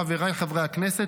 חבריי חברי הכנסת,